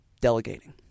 delegating